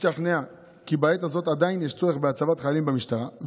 השתכנעה כי בעת הזאת עדיין יש צורך בהצבת חיילים במשטרה,